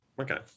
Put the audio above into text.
okay